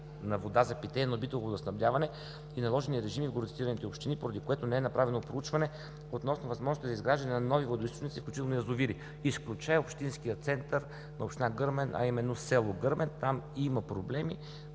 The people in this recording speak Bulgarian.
на вода за питейно битово водоснабдяване и наложени режими в горе цитираните общини, поради което не е направено проучване относно възможностите за изграждане на нови водоизточници, включително и на язовири, изключая общинския център на община Гърмен, а именно село Гърмен, там има проблеми.